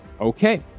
Okay